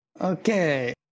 Okay